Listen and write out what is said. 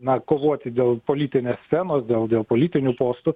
na kovoti dėl politinės scenos dėl dėl politinių postų